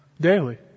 daily